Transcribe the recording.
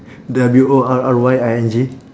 W O R R Y I N G